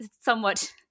somewhat